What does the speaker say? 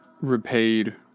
repaid